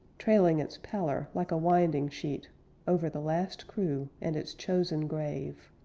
trailing its pallor like a winding-sheet over the last crew and its chosen grave.